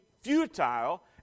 futile